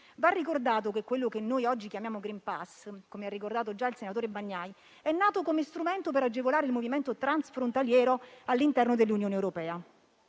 Va ricordato che quello che noi oggi chiamiamo *green pass*, come ha ricordato già il senatore Bagnai, è nato come strumento per agevolare il movimento transfrontaliero all'interno dell'Unione europea.